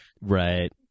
Right